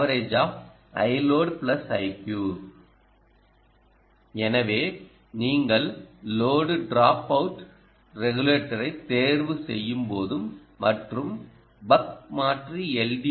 எனவே நீங்கள் load drop out ரெகுலேட்டரை தேர்வு செய்யும்போதும் மற்றும் பக் மாற்றிஎல்